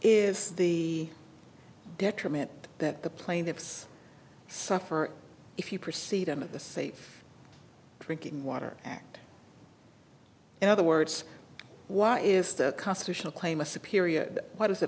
is the detriment that the plaintiffs suffer if you perceive them in the safe drinking water act in other words why is the constitutional claim a superior wh